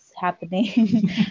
happening